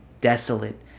Desolate